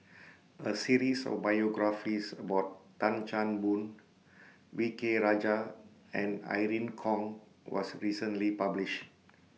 A series of biographies about Tan Chan Boon V K Rajah and Irene Khong was recently published